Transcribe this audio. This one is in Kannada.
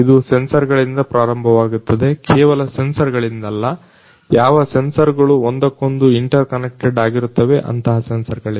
ಇದು ಸೆನ್ಸರ್ ಗಳಿಂದ ಪ್ರಾರಂಭವಾಗುತ್ತದೆ ಕೇವಲ ಸೆನ್ಸರ್ ಗಳಿಂದಲ್ಲ ಯಾವ ಸೆನ್ಸರ್ ಗಳು ಒಂದಕ್ಕೊಂದು ಇಂಟರ್ ಕನೆಕ್ಟೆಡ್ ಆಗಿರುತ್ತವೆ ಅಂತಹ ಸೆನ್ಸರ್ ಗಳಿಂದ